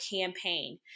campaign